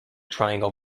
triangle